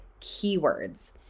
keywords